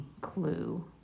clue